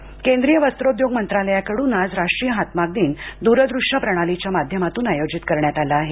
हातमाग दिन केंद्रीय वस्त्रोद्योग मंत्रालयाकडून आज राष्ट्रीय हातमाग दिन द्र दृश्य प्रणालीच्या माध्यमातून आयोजित करण्यात आला आहे